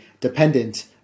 dependent